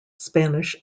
spanish